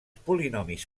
polinomis